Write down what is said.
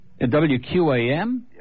WQAM